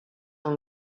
and